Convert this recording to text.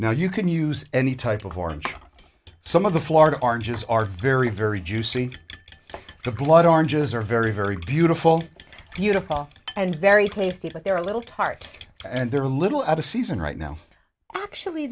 now you can use any type of orange some of the florida are just are very very juicy to blood oranges are very very beautiful beautiful and very tasty but they're a little tart and they're a little out of season right now actually